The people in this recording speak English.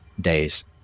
days